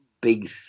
big